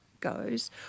goes